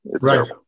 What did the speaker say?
Right